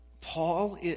Paul